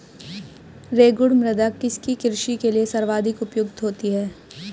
रेगुड़ मृदा किसकी कृषि के लिए सर्वाधिक उपयुक्त होती है?